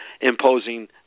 imposing